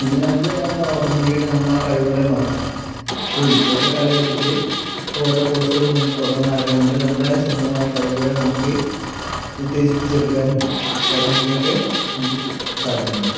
പിന്നെ നമുക്ക് ഓട്ടോമാറ്റിക്കായിട്ട് നമ്മളാ കഴിവുകളെ മറക്കും അപ്പോൾ ഇപ്പോഴത്തെ കാലഘട്ടത്തിൽ ഇപ്പോൾ വേറെ കോഴ്സുകളും ഇങ്ങനെ തുടങ്ങണ കാരണം കൊണ്ട് നമ്മുടെ സ്വന്തമായ കഴിവുകളെ നമുക്ക് ഉത്തേജിപ്പിച്ച് എടുക്കാനും കാര്യങ്ങൾക്കൊക്കെ നമുക്ക് സാധിക്കുന്നുണ്ട്